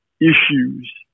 issues